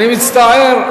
אני מצטער.